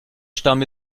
stamm